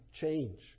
change